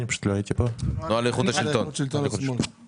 לוועדת המחירים והעבירו סיגנל מאוד חמור